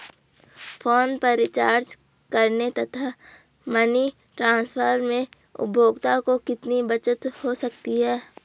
Phone पर recharge करने तथा मनी ट्रांसफर में उपभोक्ता को कितनी बचत हो सकती है?